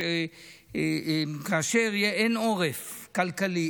כאשר אין עורף כלכלי,